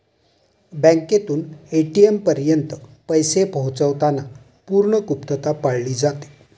बँकेतून ए.टी.एम पर्यंत पैसे पोहोचवताना पूर्ण गुप्तता पाळली जाते